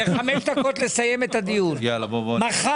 מי שנוסע כפי שאמרה חבר כנסת סלימאן, מי שנוסע